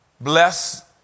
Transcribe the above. Bless